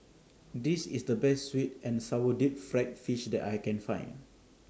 This IS The Best Sweet and Sour Deep Fried Fish that I Can Find